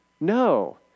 No